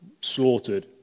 slaughtered